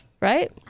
Right